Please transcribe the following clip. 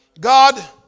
God